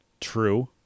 true